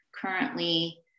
currently